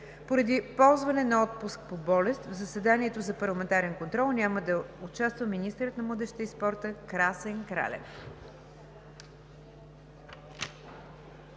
Поради ползване на отпуск по болест в заседанието за парламентарен контрол няма да участва министърът на младежта и спорта Красен Кралев.